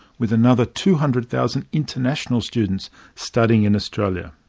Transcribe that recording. with another two hundred thousand international students studying in australia.